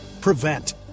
prevent